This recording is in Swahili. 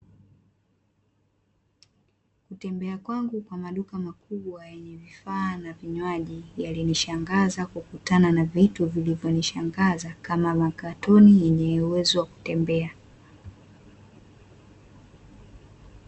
Kutembea kwangu kwa maduka makubwa yenye vifaa na vinywaji, yalinishangaza kukutana na vitu vilivyonishangaza, kama makatuni yenye uwezo wa kutembea.